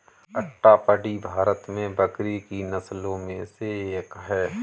अट्टापडी भारत में बकरी की नस्लों में से एक है